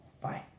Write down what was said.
Bye